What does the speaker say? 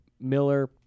Miller